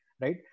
right